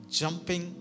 jumping